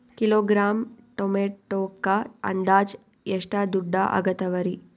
Kilogram ಟೊಮೆಟೊಕ್ಕ ಅಂದಾಜ್ ಎಷ್ಟ ದುಡ್ಡ ಅಗತವರಿ?